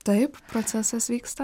taip procesas vyksta